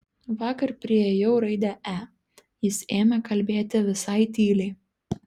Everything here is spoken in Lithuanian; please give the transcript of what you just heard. vakar priėjau raidę e jis ėmė kalbėti visai tyliai